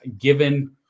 given